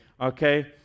okay